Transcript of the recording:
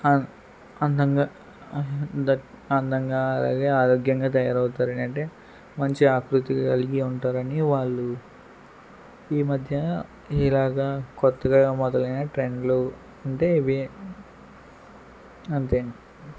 అం అందంగా దట్ అందంగా అలాగే ఆరోగ్యంగా తయారవుతారు అని అంటే మంచి ఆకృతి కలిగి ఉంటారని వాళ్ళు ఈ మధ్య ఇలాగా కొత్తగా మొదలైన ట్రెండ్లు అంటే ఇవి అంతే